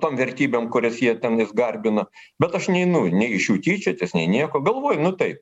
tom vertybėm kurias jie tenais garbina bet aš neinu nei iš jų tyčiotis nei nieko galvoj nu taip